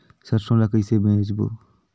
सरसो ला कइसे बेचबो?